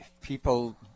people